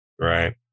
Right